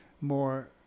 more